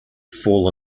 fall